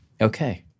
Okay